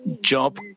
Job